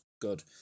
good